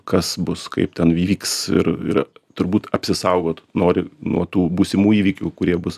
kas bus kaip ten vyks ir ir turbūt apsisaugot nori nuo tų būsimų įvykių kurie bus